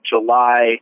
July